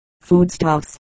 foodstuffs